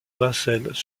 vincelles